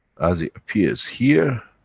as it appears here,